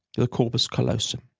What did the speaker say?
the corpus callosum.